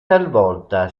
talvolta